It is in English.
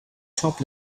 top